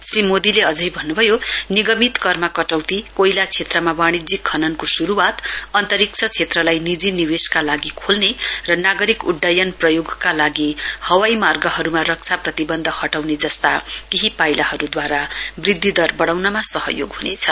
श्री मोदीले अझै भन्नुभयो निगमित करमा कटौती कोइला क्षेत्रमा वाणिज्यिक खननको शुरुवात अन्तरिक्ष क्षेत्रलाई निजी निवेशका लागि खोल्ने र नागरिक उड्डयन प्रयोगका लागि हवाई मार्गहरुमा रक्षा प्रतिवन्ध हटाउने जस्ता केही पाइलाहरुद्वारा वृध्दि दर वढ़ाउनमा सहयोग हुनेछ